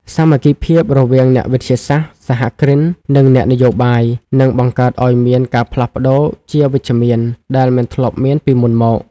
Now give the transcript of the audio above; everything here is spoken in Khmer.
សាមគ្គីភាពរវាងអ្នកវិទ្យាសាស្ត្រ សហគ្រិន និងអ្នកនយោបាយ នឹងបង្កើតឱ្យមានការផ្លាស់ប្តូរជាវិជ្ជមានដែលមិនធ្លាប់មានពីមុនមក។